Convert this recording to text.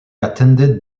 attended